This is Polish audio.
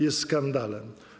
jest skandalem.